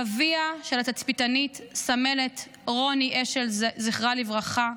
אביה של התצפיתנית סמלת רוני אשל, זכרה לברכה,